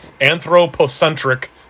anthropocentric